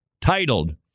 titled